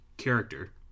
character